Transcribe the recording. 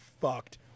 fucked